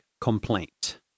complaint